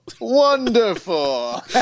Wonderful